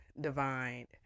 divine